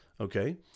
Okay